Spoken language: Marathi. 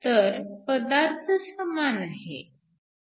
तर पदार्थ समान आहे